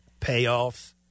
Payoffs